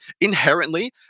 inherently